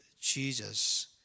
Jesus